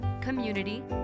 community